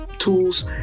tools